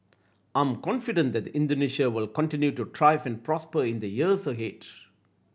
I am confident that Indonesia will continue to thrive and prosper in the years ahead